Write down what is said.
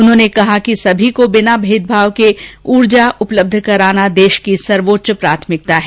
उन्होंने कहा कि सभी को बिना भेदभाव के ऊर्जा उपलब्ध कराना देश की सर्वोच्च प्राथमिकता है